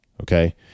Okay